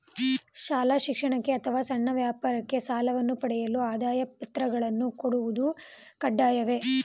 ಶಾಲಾ ಶಿಕ್ಷಣಕ್ಕೆ ಅಥವಾ ಸಣ್ಣ ವ್ಯಾಪಾರಕ್ಕೆ ಸಾಲವನ್ನು ಪಡೆಯಲು ಆದಾಯ ಪತ್ರಗಳನ್ನು ಕೊಡುವುದು ಕಡ್ಡಾಯವೇ?